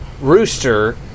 rooster